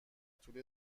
طول